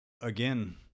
again